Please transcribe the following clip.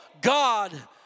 God